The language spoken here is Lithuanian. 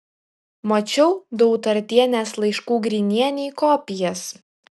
mačiau dautartienės laiškų grinienei kopijas